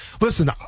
listen